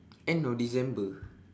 end of december